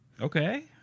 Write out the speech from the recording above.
okay